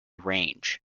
range